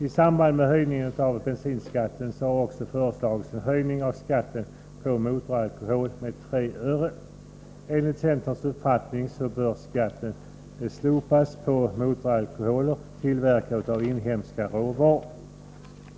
I samband med höjningen av bensinskatten har också föreslagits en höjning av skatten på motoralkohol med 3 öre per liter. Enligt centerpartiets uppfattning bör skatten slopas på motoralkoholer som är tillverkade av inhemska råvaror.